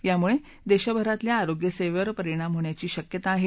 यामुळे देशभरातल्या आरोग्यसेवेवर परिणाम होण्याची शक्यता आहे